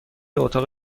اتاق